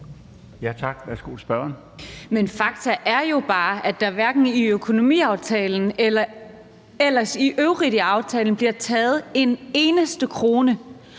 Daugaard (LA): Men fakta er jo bare, at der hverken i økonomiaftalen eller i øvrigt i aftalen bliver taget en eneste krone,